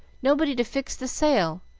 nobody to fix the sail!